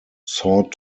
sought